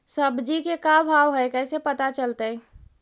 सब्जी के का भाव है कैसे पता चलतै?